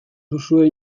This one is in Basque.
duzue